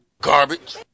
garbage